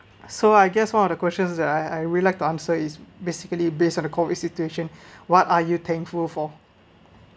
so I guess one of the questions that I I would like to answer is basically based on a COVID situation what are you thankful for